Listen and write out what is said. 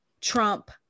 Trump